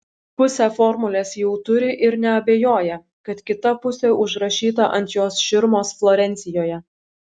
pusę formulės jau turi ir neabejoja kad kita pusė užrašyta ant jos širmos florencijoje